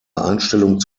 einstellung